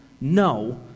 no